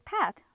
path